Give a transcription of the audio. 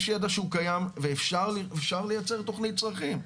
יש ידע שהוא קיים ואפשר לייצר תוכנית צרכים.